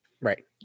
Right